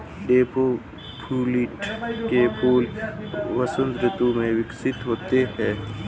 daffodil के फूल वसंत ऋतु में विकसित होते हैं